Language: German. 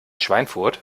schweinfurt